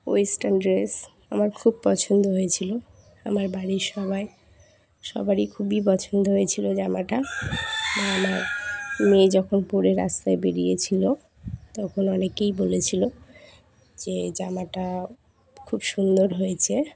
western dress আমার খুব পছন্দ হয়েছিলো আমার বাড়ির সবাই সবারই খুবই পছন্দ হয়েছিলো জামাটা বা আমার মেয়ে যখন পরে রাস্তায় বেরিয়েছিলো তখন অনেকেই বলেছিলো যে জামাটা খুব সুন্দর হয়েছে